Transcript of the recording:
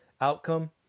outcome